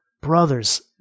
Brothers